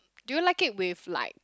do you like it with like